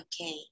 Okay